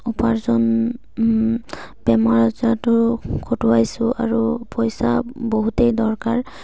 উপাৰ্জন বেমাৰ আজাৰতো খটোৱাইছোঁ আৰু পইচা বহুতেই দৰকাৰ